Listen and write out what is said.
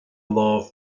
lámh